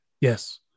Yes